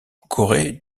corée